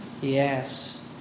Yes